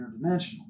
interdimensional